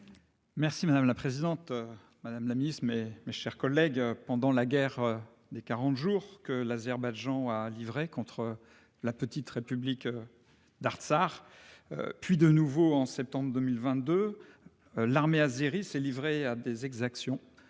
Merci madame la présidente. Madame la miss mais mes chers collègues. Pendant la guerre des 40 jours que l'Azerbaïdjan a livré contre la petite république. D'tsar. Puis de nouveau en septembre 2022. L'armée azérie s'est livrée à des exactions